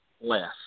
less